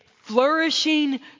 flourishing